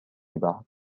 بعد